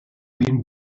been